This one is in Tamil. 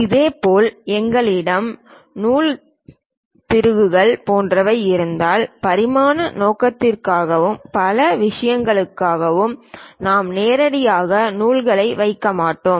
இதேபோல் எங்களிடம் நூல் திருகுகள் போன்றவை இருந்தால் பரிமாண நோக்கத்திற்காகவும் பிற விஷயங்களுக்காகவும் நாம் நேரடியாக நூல்களை வைக்க மாட்டோம்